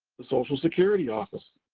the social security office,